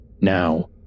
Now